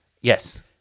Yes